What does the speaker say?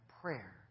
prayer